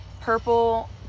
Purple